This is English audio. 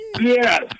Yes